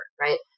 right